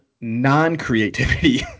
non-creativity